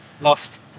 Lost